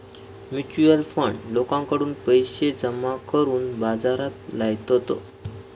mutual fund लोकांकडून पैशे जमा करून बाजारात लायतत